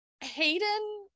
Hayden